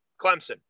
Clemson